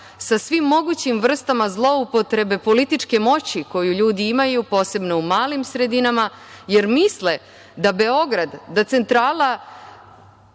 sa svim mogućim vrstama zloupotrebe političke moći koju ljudi imaju, posebno u malim sredinama, jer misle da Beograd, da centrala